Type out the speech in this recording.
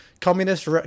communist